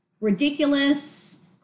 ridiculous